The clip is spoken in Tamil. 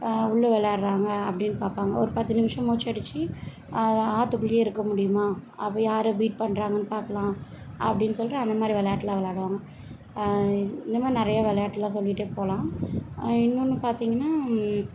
உள்ளே விளாடறாங்க அப்படின்னு பார்ப்பாங்க ஒரு பத்து நிமிஷம் மூச்சு அடைத்து அது ஆற்றுக்குள்ளயே இருக்க முடியுமா அப்படி யார் பீட் பண்ணுறாங்கன்னு பார்க்கலாம் அப்படின்னு சொல்லிட்டு அந்த மாதிரி விளாட்லாம் விளாடுவாங்க இந்த மாதிரி நிறையா விளாட்லாம் சொல்லிட்டே போகலாம் இன்னொன்று பார்த்தீங்கனா